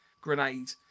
grenade